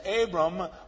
Abram